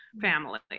family